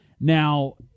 Now